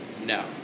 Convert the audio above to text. No